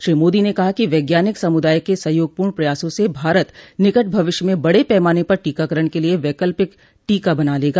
श्री मोदी ने कहा कि वैज्ञानिक समूदाय के सहयोगपूर्ण प्रयासों से भारत निकट भविष्य में बड़े पैमाने पर टीकाकरण के लिए वैकल्पिक टीका बना लेगा